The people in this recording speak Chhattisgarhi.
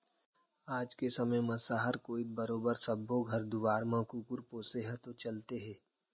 आज के समे म सहर कोइत बरोबर सब्बो घर दुवार म कुकुर पोसे ह तो चलते हे